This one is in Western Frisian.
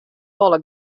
wolle